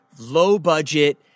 low-budget